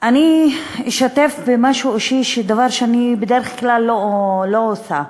אני אשתף במשהו אישי, דבר שבדרך כלל אני לא עושה.